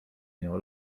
nią